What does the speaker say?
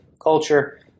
culture